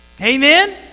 Amen